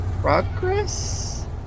progress